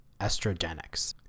estrogenics